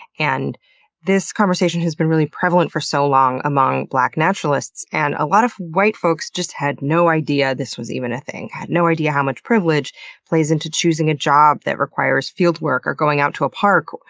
and this conversation has been really prevalent for so long among black naturalists, and a lot of white folks just had no idea this was even a thing had no idea how much privilege plays into choosing a job that requires fieldwork, or going out to a park,